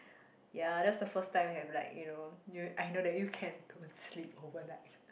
ya that's the first time I have like you know you I know you can don't sleep overnight